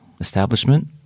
establishment